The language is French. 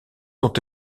ont